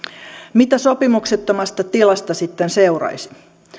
mitä sopimuksettomasta tilasta sitten seuraisi